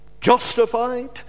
justified